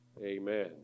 Amen